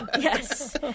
Yes